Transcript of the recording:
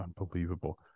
unbelievable